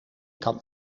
kan